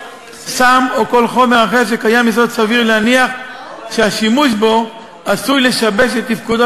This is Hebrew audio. סם או כל חומר אחר שקיים יסוד סביר להניח שהשימוש בו עשוי לשבש את תפקודו